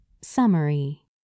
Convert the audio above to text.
Summary